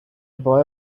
boy